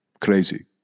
Crazy